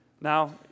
Now